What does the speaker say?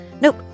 Nope